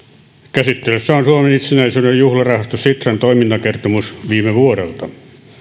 käsittelyssä on suomen itsenäisyyden juhlarahasto sitran toimintakertomus viime vuodelta